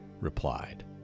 replied